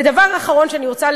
ודבר אחרון שאני רוצה,